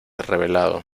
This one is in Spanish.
revelado